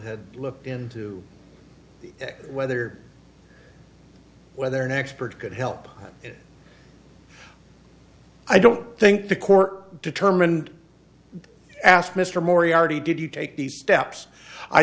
had looked into whether whether an expert could help it i don't think the court determined asked mr moriarity did you take these steps i